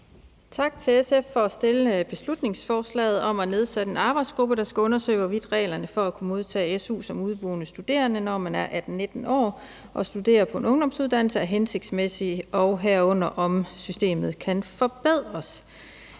Tak til SF for at fremsætte beslutningsforslaget om nedsætte en arbejdsgruppe, der skal undersøge, hvorvidt reglerne for at kunne modtage su som udeboende studerende, når man er 18-19 år og studerer på en ungdomsuddannelse, er hensigtsmæssig, og herunder om systemet kan forbedres.